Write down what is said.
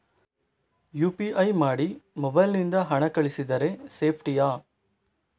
UPI ಮಾಡಿ mobile ನಿಂದ ಹಣ ಕಳಿಸಿದರೆ ಸೇಪ್ಟಿಯಾ?